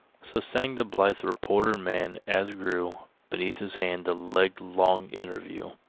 so sang the blithe reporter-man as grew beneath his hand the leg-long interview.